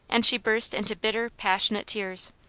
and she burst into bitter, passionate tears.